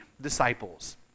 disciples